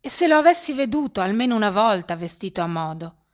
e se lo avessi veduto almeno una volta vestito a modo